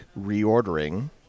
reordering